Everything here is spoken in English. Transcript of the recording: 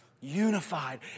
Unified